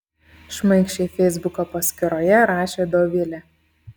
šmaikščiai feisbuko paskyroje rašė dovilė